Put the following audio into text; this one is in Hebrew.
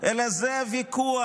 אלא זה ויכוח